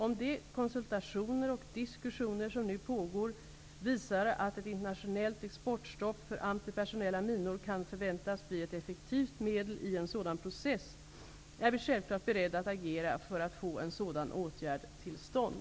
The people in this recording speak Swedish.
Om de konsultationer och diskussioner som nu pågår visar att ett internationellt exportstopp för antipersonella minor kan förväntas bli ett effektivt medel i en sådan process är vi självklart beredda att agera för att få en sådan åtgärd till stånd.